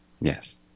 Yes